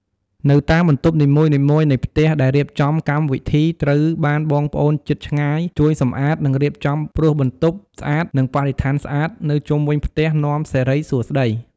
នៅតាមបន្ទប់នីមួយនៃផ្ទះដែលរៀបចំកម្មវិធីត្រូវបានបងប្អូនជិតឆ្ងាយជួយសម្អាតនិងរៀបចំព្រោះបន្ទប់ស្អាតនិងបរិស្ថានស្អាតនៅជុំវិញផ្ទះនាំសិរីសួស្តី។